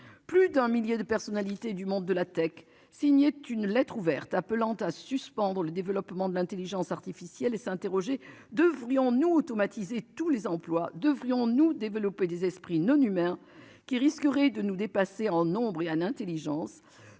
Plus d'un millier de personnalités du monde de la tech signé une lettre ouverte appelant à suspendre le développement de l'Intelligence artificielle et s'interroger. Devrions-nous automatiser tous les emplois devrions-nous développer des esprits non humains qui risquerait de nous dépasser en nombre et en Intelligence.